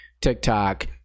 TikTok